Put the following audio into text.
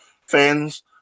fans